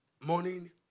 morning